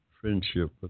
friendship